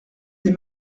des